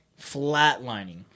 Flatlining